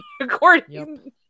according